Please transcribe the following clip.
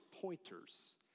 pointers